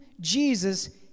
Jesus